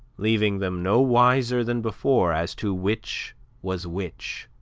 leaving them no wiser than before as to which was which